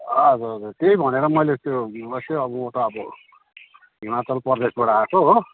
हजुर हजुर त्यही भनेर मैले त्यो भिवर्स चाहिँ अब उता अब हिमाचल प्रदेशबाट आएको हो